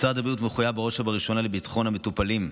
משרד הבריאות מחויב בראש ובראשונה לביטחון המטופלים.